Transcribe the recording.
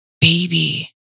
baby